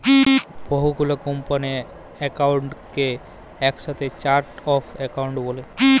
বহু গুলা কম্পালির একাউন্টকে একসাথে চার্ট অফ একাউন্ট ব্যলে